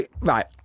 Right